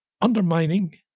undermining